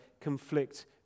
conflict